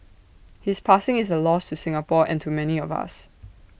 his passing is A loss to Singapore and to many of us